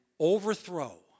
Overthrow